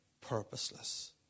purposeless